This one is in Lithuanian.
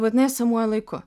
būtinai esamuoju laiku